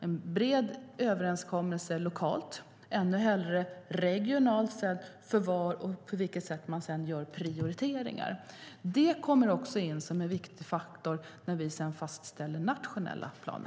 en bred överenskommelse lokalt, eller ännu hellre regionalt, för att komma fram till vad man ska prioritera. Det kommer också in som en viktig faktor när vi sedan fastställer nationella planer.